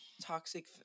toxic